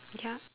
ya